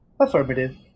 Affirmative